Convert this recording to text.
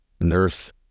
nurse